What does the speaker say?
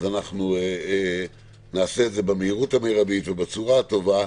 אנחנו נעשה את זה במהירות המירבית ובצורה הטובה,